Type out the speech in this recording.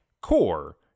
core